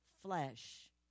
flesh